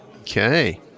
Okay